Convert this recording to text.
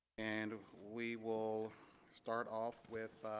and we will start off with